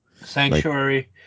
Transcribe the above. Sanctuary